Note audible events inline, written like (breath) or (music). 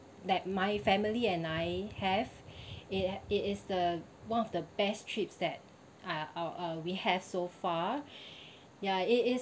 that my family and I have (breath) it it is the one of the best trips that I uh uh we had so far ya it is